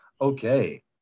Okay